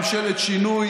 ממשלת שינוי,